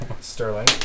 Sterling